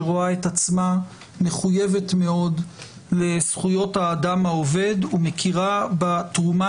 שרואה את עצמה מחויבת מאוד לזכויות האדם העובד ומכירה בתרומה